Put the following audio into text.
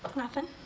um nothin'.